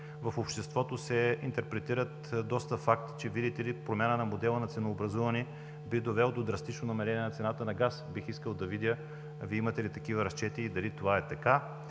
В обществото се интерпретират доста факти, че, видите ли, промяната на модела на ценообразуването би довела до драстично намаление на цената на газта. Бих искал да видя Вие имате ли такива разчети и дали това е така?